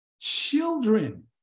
children